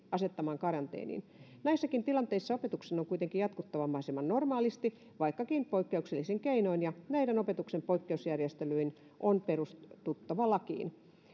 asettamaan karanteeniin näissäkin tilanteissa opetuksen on kuitenkin jatkuttava mahdollisimman normaalisti vaikkakin poikkeuksellisin keinoin ja näiden opetuksen poikkeusjärjestelyiden on perustuttava lakiin